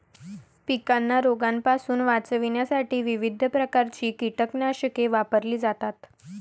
पिकांना रोगांपासून वाचवण्यासाठी विविध प्रकारची कीटकनाशके वापरली जातात